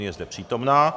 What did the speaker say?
Je zde přítomna.